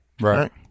right